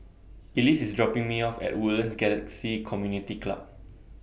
Elise IS dropping Me off At Woodlands Galaxy Community Club